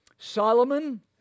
Solomon